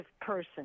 person